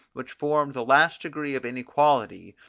which formed the last degree of inequality,